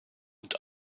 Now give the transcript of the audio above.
und